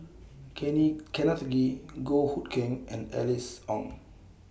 Kenneth Kee Goh Hood Keng and Alice Ong